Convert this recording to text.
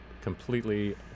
completely